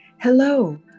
Hello